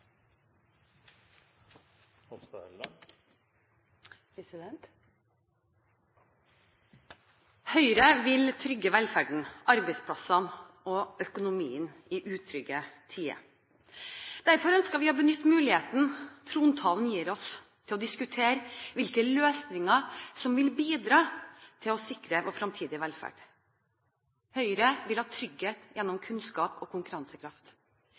Høyre vil trygge velferden, arbeidsplassene og økonomien i utrygge tider. Derfor ønsker vi å benytte muligheten trontalen gir oss til å diskutere hvilke løsninger som vil bidra til å sikre vår fremtidige velferd. Høyre vil ha trygghet gjennom kunnskap og konkurransekraft.